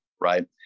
right